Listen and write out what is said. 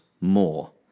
more